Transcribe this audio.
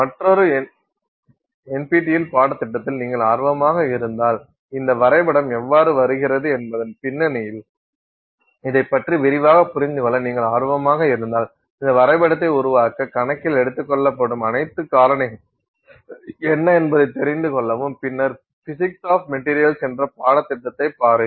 மற்றொரு NPTEL பாடத்திட்டத்தில் நீங்கள் ஆர்வமாக இருந்தால் இந்த வரைபடம் எவ்வாறு வருகிறது என்பதன் பின்னணியில் இதைப் பற்றி விரிவாகப் புரிந்துகொள்ள நீங்கள் ஆர்வமாக இருந்தால் இந்த வரைபடத்தை உருவாக்க கணக்கில் எடுத்துக்கொள்ளப்படும் அனைத்து காரணிகளும் என்ன என்பதை தெரிந்து கொள்ளவும் பின்னர் பிசிக்ஸ் ஆப் மெட்டீரியல்ஸ் என்ற பாடத்திட்டத்தைப் பாருங்கள்